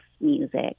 music